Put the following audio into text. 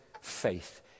faith